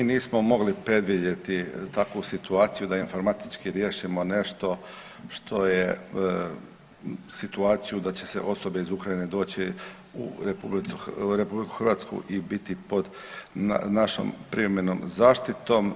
Mi nismo mogli predvidjeti takvu situaciju da informatički riješimo nešto što je, situaciju da će se osobe iz Ukrajine doći u RH i biti našom privremenom zaštitom.